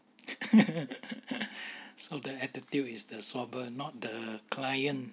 so the attitude is the swabber not the client